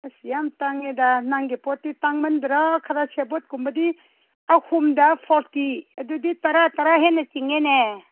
ꯑꯁ ꯌꯥꯝ ꯇꯥꯡꯉꯦꯗ ꯅꯪꯒꯤ ꯄꯣꯠꯇꯤ ꯇꯥꯡꯃꯟꯗ꯭ꯔꯣ ꯈꯔ ꯁꯦꯕꯣꯠ ꯀꯨꯝꯕꯗꯤ ꯑꯍꯨꯝꯗ ꯐꯣꯔꯇꯤ ꯑꯗꯨꯗꯤ ꯇꯔꯥ ꯇꯔꯥ ꯍꯦꯟꯅ ꯆꯤꯡꯉꯦꯅꯦ